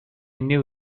knew